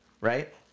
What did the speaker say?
right